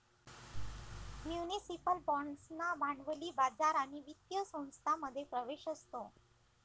municipal बाँड्सना भांडवली बाजार आणि वित्तीय संस्थांमध्ये प्रवेश असतो